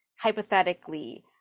hypothetically